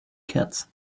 kids